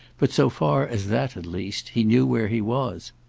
but, so far as that at least, he knew where he was.